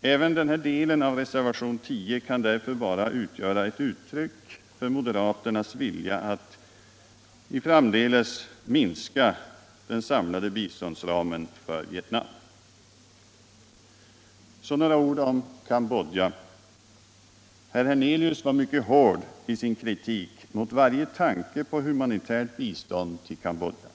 Även den här delen av reservationen 10 kan därför bara ses som ett uttryck för moderaternas vilja att framdeles minska den samlade biståndsramen för Vietnam. Så några ord om Cambodja. Herr Hernelius var mycket hård i sin kritik mot varje tanke på humanitärt bistånd till Cambodja.